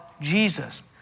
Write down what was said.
Jesus